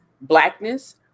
blackness